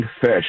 Fish